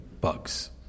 bugs